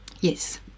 Yes